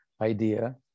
idea